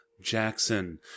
Jackson